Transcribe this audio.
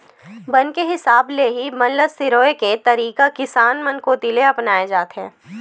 बन के हिसाब ले ही बन ल सिरोय करे के तरीका किसान मन कोती ले अपनाए जाथे